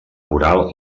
coral